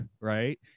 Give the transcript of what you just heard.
right